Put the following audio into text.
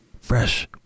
fresh